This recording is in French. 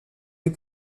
les